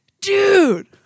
Dude